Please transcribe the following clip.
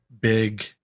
big